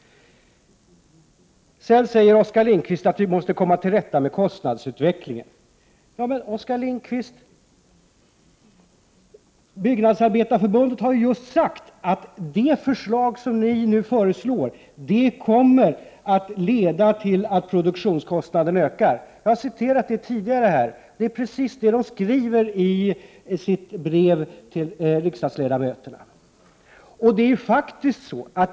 Oskar Lindkvist säger att vi måste komma till rätta med kostnadsutvecklingen. Men, Oskar Lindkvist, Byggnadsarbetareförbundet har sagt att det förslag som ni nu lägger fram kommer att leda till att produktionskostnaderna ökar. Jag har tidigare i debatten citerat detta, det är precis så man skriver i sitt brev till riksdagsledamöterna.